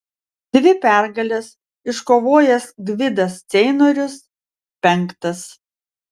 dvi pergales iškovojęs gvidas ceinorius penktas